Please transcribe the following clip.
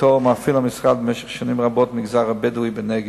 שמפעיל המשרד במשך שנים רבות במגזר הבדואי בנגב.